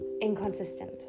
inconsistent